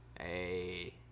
Hey